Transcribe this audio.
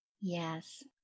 Yes